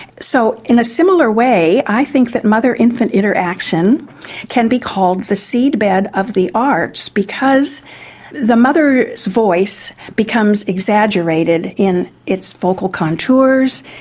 so in a similar way i think that mother-infant interaction can be called the seed bed of the arts because the mother's voice becomes exaggerated in its vocal contours,